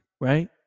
right